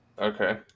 Okay